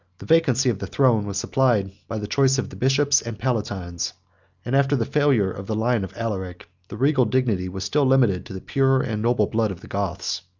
the vacancy of the throne was supplied by the choice of the bishops and palatines and after the failure of the line of alaric, the regal dignity was still limited to the pure and noble blood of the goths.